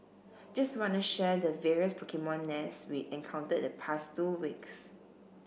just wanna share the various Pokemon nests we encountered the past two weeks